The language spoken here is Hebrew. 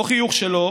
לא חיוך שלו,